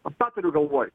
aš tą turiu galvoj